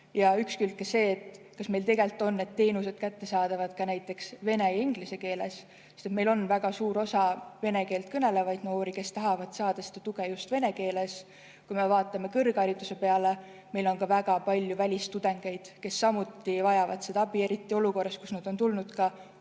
ja üks külg on ka see, kas meil on need teenused kättesaadavad näiteks vene ja inglise keeles, sest meil on väga suur osa vene keeles kõnelevaid noori, kes tahavad saada tuge just vene keeles. Vaatame kõrghariduse peale, meil on väga palju välistudengeid, kes samuti vajavad abi, eriti olukorras, kus nad on tulnud